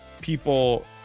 people